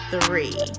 three